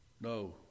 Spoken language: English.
No